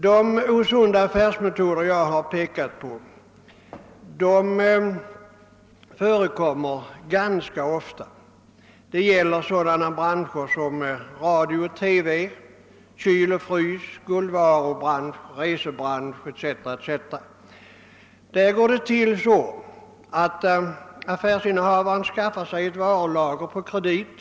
De osunda affärsmetoder jag pekat på förekommer ganska ofta. Det gäller sådana branscher som radio och TV, kyl och frys, guldvaror, resebyråbranschen etc. Det går så till att affärsinnehavaren skaffar sig ett varulager på kredit.